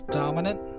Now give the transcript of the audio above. dominant